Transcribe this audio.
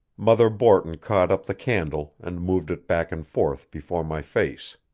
mother borton caught up the candle and moved it back and forth before my face.